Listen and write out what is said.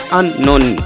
unknown